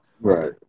Right